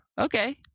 Okay